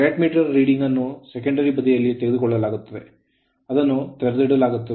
watt meter reading ಅನ್ನು secondary ಬದಿಯಲ್ಲಿ ತೆಗೆದುಕೊಳ್ಳಲಾಗುತ್ತದೆ ಅದನ್ನು ತೆರೆದಿಡಲಾಗುತ್ತದೆ